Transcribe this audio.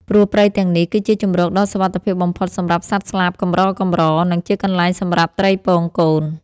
ព្រោះព្រៃទាំងនេះគឺជាជម្រកដ៏សុវត្ថិភាពបំផុតសម្រាប់សត្វស្លាបកម្រៗ និងជាកន្លែងសម្រាប់ត្រីពងកូន។